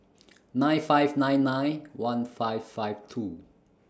nine five nine nine one five five two